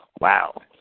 Wow